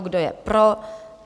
Kdo je pro?